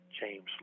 james